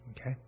Okay